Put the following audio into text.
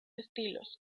estilos